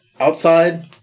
outside